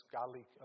godly